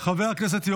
חבר הכנסת עידן רול,